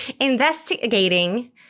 investigating